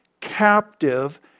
captive